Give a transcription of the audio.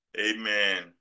amen